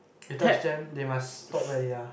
you touch them they must stop where they are